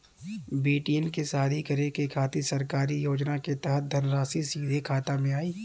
बेटियन के शादी करे के खातिर सरकारी योजना के तहत धनराशि सीधे खाता मे आई?